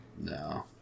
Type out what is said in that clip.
No